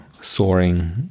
soaring